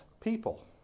people